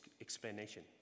explanation